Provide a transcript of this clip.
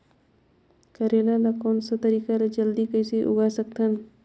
करेला ला कोन सा तरीका ले जल्दी कइसे उगाय सकथन?